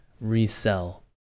resell